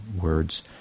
words